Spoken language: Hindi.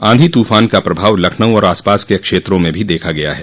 आंधी तूफान का प्रभाव लखनऊ और आसपास के क्षेत्रों में भी देखा गया है